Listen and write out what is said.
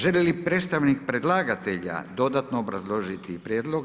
Želi li predstavnik predlagatelja dodatno obrazložiti prijedlog?